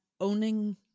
owning